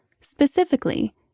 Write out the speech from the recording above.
Specifically